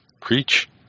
preach